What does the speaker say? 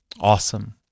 Awesome